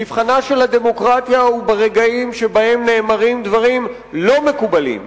מבחנה של הדמוקרטיה הוא ברגעים שבהם נאמרים דברים לא מקובלים,